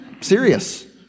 Serious